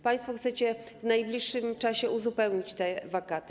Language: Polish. Państwo chcecie w najbliższym czasie uzupełnić te wakaty.